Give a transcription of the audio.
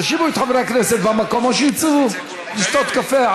תושיבו את חברי הכנסת במקום או שיצאו לשתות קפה.